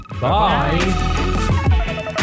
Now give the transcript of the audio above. bye